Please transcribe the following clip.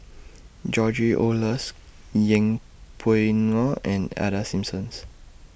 George Oehlers Yeng Pway Ngon and Ida Simpsons